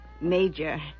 Major